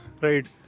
right